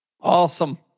Awesome